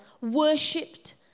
worshipped